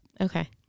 Okay